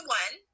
one